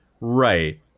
Right